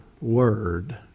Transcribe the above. Word